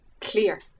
clear